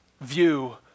view